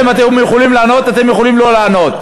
אתם יכולים לענות, אתם יכולים לא לענות.